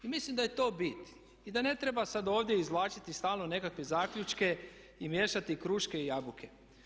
I mislim da je to bit i da ne treba sad ovdje izvlačiti stalno nekakve zaključke i miješati kruške i jabuke.